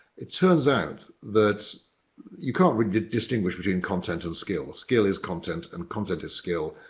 it turns out that you can't really distinguish between content and skill. ah skill is content and content is skill.